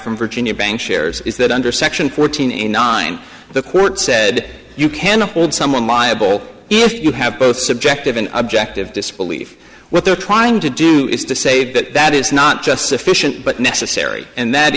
from virginia bank shares is that under section fourteen in nine the court said you can hold someone liable if you have both subjective and objective disbelief what they're trying to do is to say that that is not just sufficient but necessary and that